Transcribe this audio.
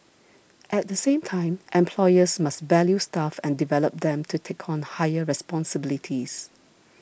at the same time employers must value staff and develop them to take on higher responsibilities